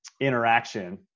interaction